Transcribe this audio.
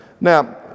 Now